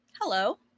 hello